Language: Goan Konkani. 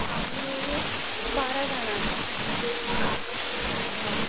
आमी बारा जाणां आसा हय